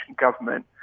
government